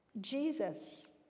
Jesus